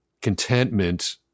contentment